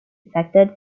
affected